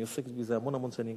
אני עוסק בזה המון המון שנים,